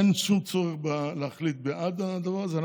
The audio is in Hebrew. אין שום צורך להחליט בעד הדבר הזה.